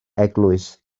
eglwys